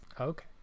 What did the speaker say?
Okay